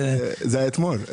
זה היה אתמול.